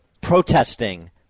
protesting